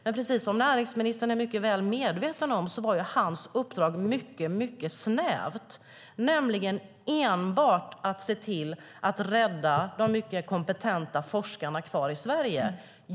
Men som näringsministern är väl medveten om var hans uppdrag mycket snävt, nämligen enbart att se till att rädda de mycket kompetenta forskarna kvar i Sverige.